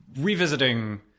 Revisiting